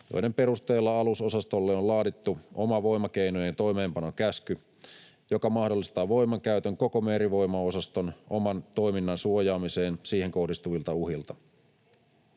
joiden perusteella alusosastolle on laadittu oma voimakeinojen toimeenpanokäsky, joka mahdollistaa voimankäytön koko merivoimaosaston oman toiminnan suojaamiseen siihen kohdistuvilta uhkilta.